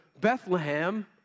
Bethlehem